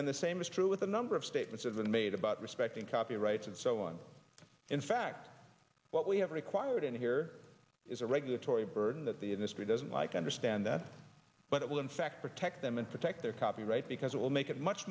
and the same is true with a number of statements have been made about respecting copyrights and so on in fact what we have required in here is a regulatory burden that the industry doesn't like understand that but it will in fact protect them and protect their copyright because it will make it much